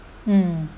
mm